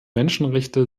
menschenrechte